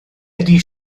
ydy